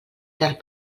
tard